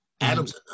Adams